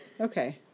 Okay